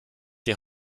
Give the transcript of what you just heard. die